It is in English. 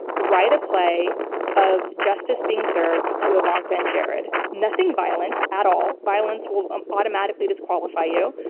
write a play of justice being served to ivanka and jared. nothing violent at all. violence will um automatically disqualify you,